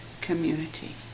community